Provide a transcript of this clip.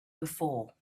before